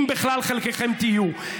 אם בכלל חלקכם תהיו.